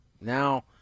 Now